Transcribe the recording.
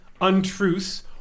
untruths